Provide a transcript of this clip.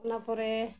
ᱚᱱᱟᱯᱚᱨᱮ